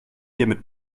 hiermit